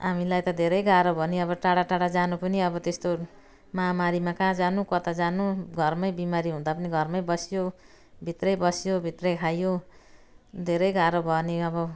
हामीलाई त धेरै गारो भयो नि अब टाढा टाढा जानु पनि अब त्यस्तो महामारीमा कहाँ जानु कता जानु घरमै बिमारी हुँदा पनि घरमै बसियो भित्रै बसियो भित्रै खाइयो धेरै गाह्रो भयो नि अब